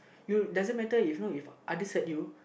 you doesn't matter if you know others hurt you